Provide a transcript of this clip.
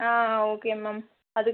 ஆ ஆ ஓகேங்க மேம் அதுக்கு